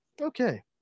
okay